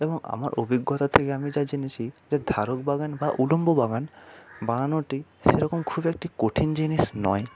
এবং আমার অভিজ্ঞতা থেকে আমি যা জেনেছি যে ধারক বাগান বা উল্লম্ব বাগান বানানোটি সেরকম খুব একটি কঠিন জিনিস নয়